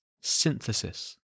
synthesis